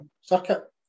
circuit